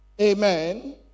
Amen